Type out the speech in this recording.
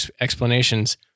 explanations